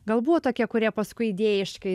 galbūt tokie kurie paskui idėjiškai